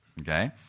Okay